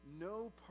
no